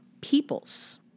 Peoples